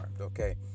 okay